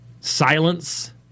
Silence